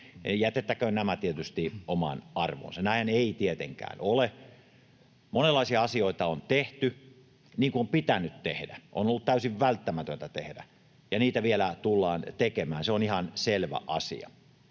Jätettäköön nämä tietysti omaan arvoonsa, näin ei tietenkään ole. Monenlaisia asioita on tehty — niin kuin on pitänyt tehdä, on ollut täysin välttämätöntä tehdä — ja niitä vielä tullaan tekemään, se on ihan selvä asia.